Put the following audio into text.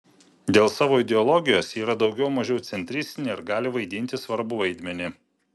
dėl savo ideologijos ji yra daugiau mažiau centristinė ir gali vaidinti svarbų vaidmenį